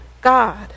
God